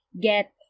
get